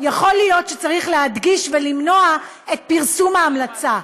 יכול להיות שצריך להדגיש ולמנוע את פרסום ההמלצה,